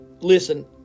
Listen